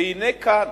והנה כאן,